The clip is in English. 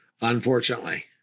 unfortunately